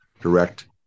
direct